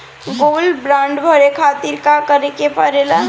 Gold bond भरे खातिर का करेके पड़ेला?